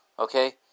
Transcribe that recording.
Okay